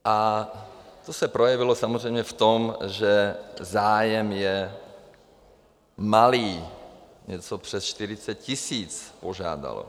A to se projevilo samozřejmě v tom, že zájem je malý, něco přes 40 000 požádalo.